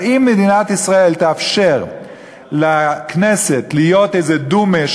אבל אם מדינת ישראל תאפשר לכנסת להיות איזו "דומה",